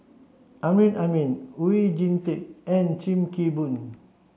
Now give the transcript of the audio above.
Amrin Amin Oon Jin Teik and Sim Kee Boon